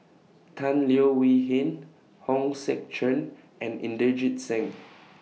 Tan Leo Wee Hin Hong Sek Chern and Inderjit Singh